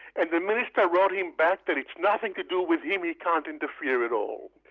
and the minister wrote him back that it's nothing to do with him, he can't interfere at all.